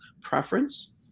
preference